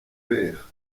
pères